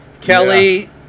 Kelly